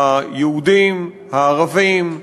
היהודים, הערבים,